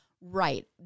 Right